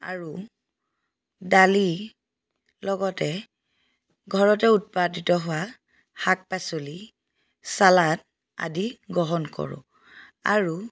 আৰু দালি লগতে ঘৰতে উৎপাদিত হোৱা শাক পাচলি ছালাদ আদি গ্ৰহণ কৰোঁ আৰু